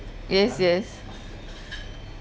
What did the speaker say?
yes yes